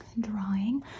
drawing